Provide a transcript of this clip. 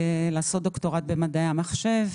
לעשות דוקטורט במדעי המחשב.